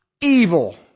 Evil